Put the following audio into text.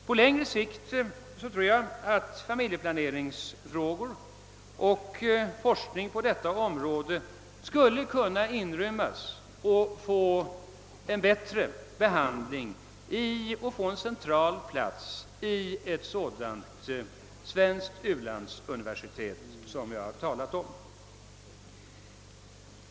På längre sikt tror jag att familjeplaneringsfrågor och forskning på detta område skulle kunna inrymmas och få en bättre behandling — en central plats — i ett u-landsuniversitet i Sverige.